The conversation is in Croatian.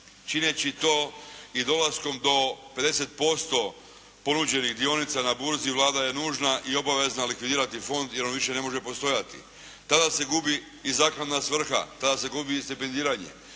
Čineći to i dolaskom do 50% ponuđenih dionica na burzi Vlada je nužna i obavezna likvidirati fond jer on više ne može postojati. Tada se gubi i zakladna svrha, tada se gubi i stipendiranje.